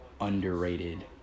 underrated